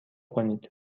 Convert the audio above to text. کنید